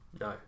No